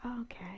okay